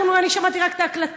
אני שמעתי רק את ההקלטה,